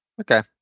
Okay